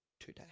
today